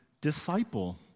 disciple